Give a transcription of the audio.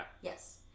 yes